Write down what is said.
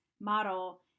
model